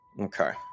Okay